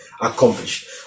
accomplished